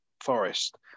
Forest